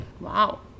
Wow